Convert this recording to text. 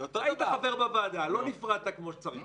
היית חבר בוועדה, לא נפרדת כמו שצריך.